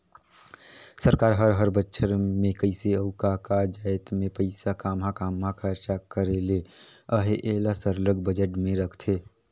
सरकार हर हर बछर में कइसे अउ का का जाएत में पइसा काम्हां काम्हां खरचा करे ले अहे एला सरलग बजट में रखथे